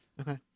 Okay